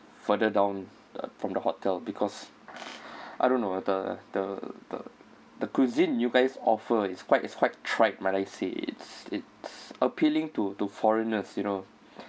further down uh from the hotel because I don't know the the the the cuisine you guys offer it's quite it's quite tried might I say it's it's appealing to to foreigners you know